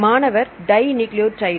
மாணவர் di nucleotide